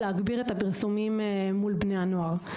להגביר את הפרסומים לבני הנוער.